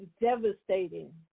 devastating